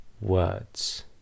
words